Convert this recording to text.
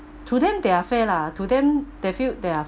to them they are fair lah to them they feel they are